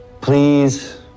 Please